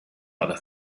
other